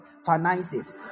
finances